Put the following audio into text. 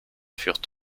furent